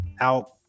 out